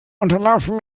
unterlaufen